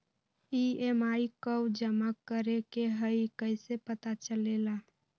EMI कव जमा करेके हई कैसे पता चलेला?